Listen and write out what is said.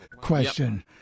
question